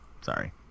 sorry